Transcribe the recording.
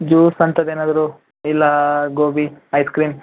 juice ಅಂಥದ್ದೇನಾದ್ರೂ ಇಲ್ಲ gobi ice cream